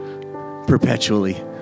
perpetually